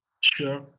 sure